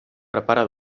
prepara